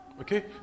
Okay